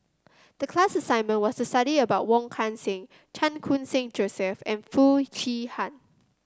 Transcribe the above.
the class assignment was to study about Wong Kan Seng Chan Khun Sing Joseph and Foo Chee Han